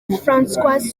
françois